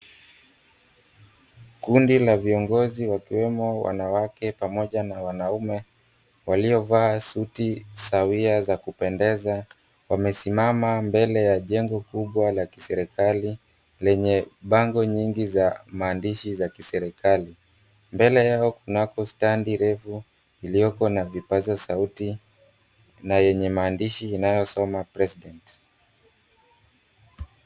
Kundi la viongozi wakiwemo wanawake pamoja na wanaume waliovaa suti sawia za kupendeza wamesimama mbele ya jengo kubwa la kiserikali lenye bango nyingi za maandishi za kiserikali. Mbele yao kunako stand refu iliyoko na vipaza sauti na yenye maandishi inayosoma, "President" .